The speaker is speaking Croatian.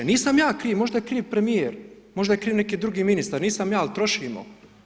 Nisam ja kriv, možda je kriv premjer, možda je kriv neki drugi ministar, nisam ja, ali trošimo.